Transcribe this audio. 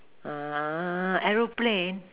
uh aeroplane